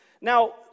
Now